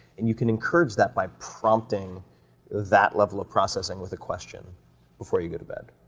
and you can encourage that by prompting that level of processing with a question before you go to bed,